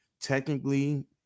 technically